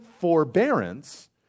forbearance